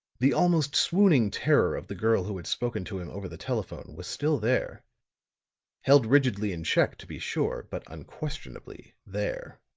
the almost swooning terror of the girl who had spoken to him over the telephone was still there held rigidly in check to be sure, but unquestionably there.